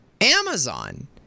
Amazon